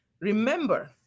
Remember